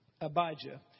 Abijah